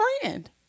friend